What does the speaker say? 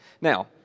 Now